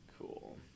cool